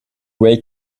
wake